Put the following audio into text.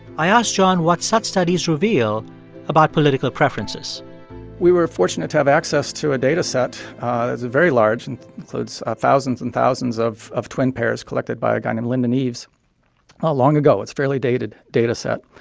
i asked john what such studies reveal about political preferences we were fortunate to have access to a data set. it's very large and includes thousands and thousands of of twin pairs, collected by a guy named lindon eaves long ago. it's a fairly dated data set.